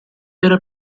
era